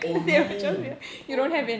oh no oh